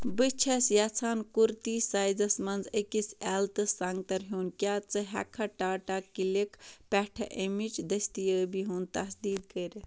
بہٕ چھیٚس یژھان کُرتی سایزَس منٛز ایکٕس ایٚل تہٕ سَنٛگتر ہیٛون کیٛاہ ژٕ ہیٚکہٕ کھا ٹاٹا کِلک پٮ۪ٹھ اَمِچ دٔستیابی ہنٛد تصدیٖق کٔرتھ